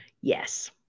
Yes